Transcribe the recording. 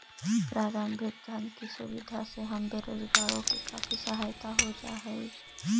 प्रारंभिक धन की सुविधा से हम बेरोजगारों की काफी सहायता हो जा हई